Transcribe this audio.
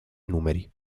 numeri